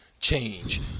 change